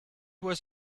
was